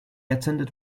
attended